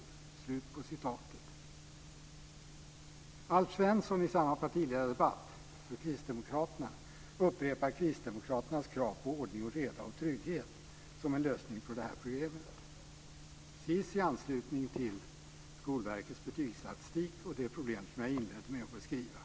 Kristdemokraternas Alf Svensson upprepade i samma partiledardebatt kristdemokraternas krav på ordning, reda och trygghet som en lösning på det här problemet precis i anslutning till Skolverkets betygsstatistik och det problem som jag inledde med att beskriva.